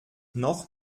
noch